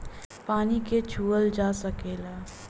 पानी के छूअल जा सकेला